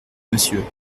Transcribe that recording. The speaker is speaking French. monsieur